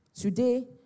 Today